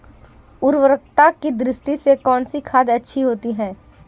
उर्वरकता की दृष्टि से कौनसी खाद अच्छी होती है?